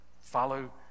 Follow